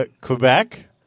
Quebec